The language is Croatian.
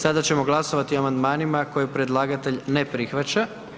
Sada ćemo glasovati o amandmanima koje predlagatelj ne prihvaća.